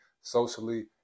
socially